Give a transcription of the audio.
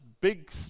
big